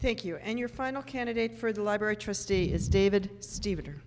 thank you and your final candidate for the library trustee is david steven